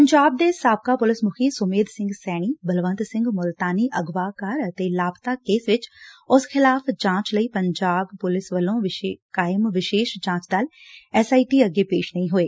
ਪੰਜਾਬ ਦੇ ਸਾਬਕਾ ਪੁਲਿਸ ਮੁਖੀ ਸੁਮੇਧ ਸਿੰਘ ਸੈਣੀ ਬਲਵੰਤ ਸਿੰਘ ਮੁਲਤਾਨੀ ਅਗਵਾਕਾਰੀ ਅਤੇ ਲਾਪਤਾ ਕੇਸ ਵਿਚ ਉਸ ਖਿਲਾਫ਼ ਜਾਂਚ ਲਈ ਪੰਜਾਬ ਪੁਲਿਸ ਵੱਲੋਂ ਕਾਇਮ ਵਿਸ਼ੇਸ਼ ਜਾਂਚ ਦਲ ਐਸ ਆਈ ਟੀ ਅੱਗੇ ਪੇਸ਼ ਨਹੀਂ ਹੋਏ